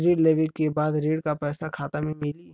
ऋण लेवे के बाद ऋण का पैसा खाता में मिली?